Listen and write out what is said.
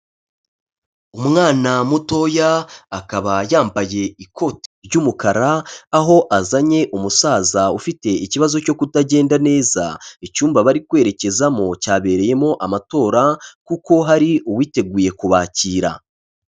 Umwana mutoya akaba yambaye ikoti ry'umukara, aho azanye umusaza ufite ikibazo cyo kutagenda neza, icyumba bari kwerekezamo cyabereyemo amatora, kuko hari uwiteguye kubakira.